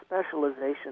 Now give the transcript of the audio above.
specialization